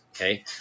Okay